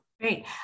Great